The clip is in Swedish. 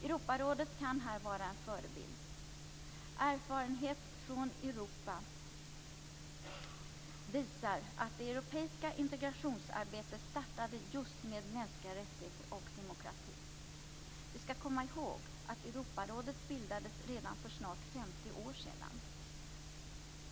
Europarådet kan här vara en förebild. Erfarenhet från Europa visar att det europeiska integrationsarbetet startade just med mänskliga rättigheter och demokrati. Vi skall komma ihåg att Europarådet bildades redan för snart 50 år sedan.